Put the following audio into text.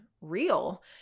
real